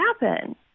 happen